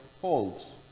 holds